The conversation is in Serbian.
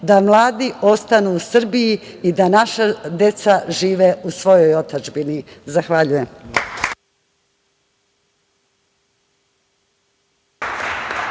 Da mladi ostanu u Srbiji i da naša deca žive u svojoj otadžbini. Zahvaljujem.